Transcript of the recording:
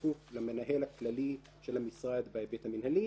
ש"כפוף למנהל הכללי של המשרד בהיבט המנהלי"